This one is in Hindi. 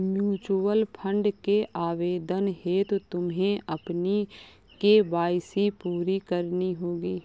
म्यूचूअल फंड के आवेदन हेतु तुम्हें अपनी के.वाई.सी पूरी करनी होगी